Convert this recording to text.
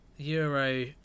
Euro